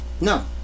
No